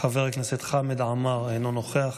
חבר הכנסת חמד עמאר, אינו נוכח,